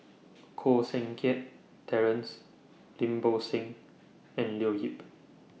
Koh Seng Kiat Terence Lim Bo Seng and Leo Yip